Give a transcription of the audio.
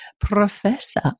Professor